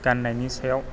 गान्नायनि सायाव